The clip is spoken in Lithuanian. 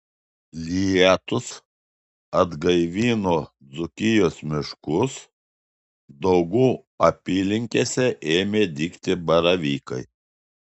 lietūs atgaivino dzūkijos miškus daugų apylinkėse ėmė dygti baravykai